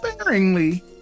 sparingly